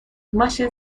ماشین